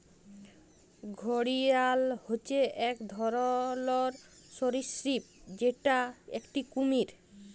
ঘড়িয়াল হচ্যে এক ধরলর সরীসৃপ যেটা একটি কুমির